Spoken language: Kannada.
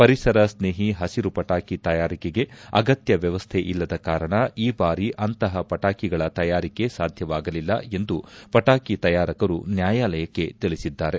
ಪರಿಸರ ಸ್ನೇಹಿ ಹಸಿರು ಪಟಾಕಿ ತಯಾರಿಕೆಗೆ ಅಗತ್ಯ ವ್ವವಸ್ನೆ ಇಲ್ಲದ ಕಾರಣ ಈ ಬಾರಿ ಅಂತಹ ಪಟಾಕಿಗಳ ತಯಾರಿಕೆ ಸಾಧ್ಯವಾಗಲಿಲ್ಲ ಎಂದು ಪಟಾಕಿ ತಯಾರಕರು ನ್ಲಾಯಾಲಯಕ್ಕೆ ತಿಳಿಸಿದ್ದಾರೆ